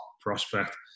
prospect